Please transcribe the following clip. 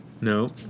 No